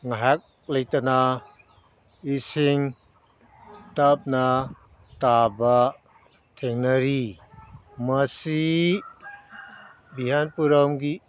ꯉꯥꯏꯍꯥꯛ ꯂꯩꯇꯅ ꯏꯁꯤꯡ ꯇꯞꯅ ꯇꯥꯕ ꯊꯦꯡꯅꯔꯤ ꯃꯁꯤ ꯕꯤꯍꯥꯟꯄꯨꯔꯝꯒꯤ